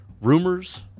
rumors